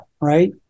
right